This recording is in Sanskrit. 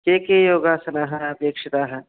के के योगासनाः अपेक्षिताः